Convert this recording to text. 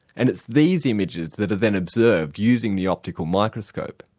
and it's these images that are then observed using the optical microscope.